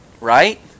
Right